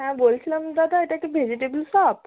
হ্যাঁ বলছিলাম দাদা এটা কি ভেজিটেবিল শপ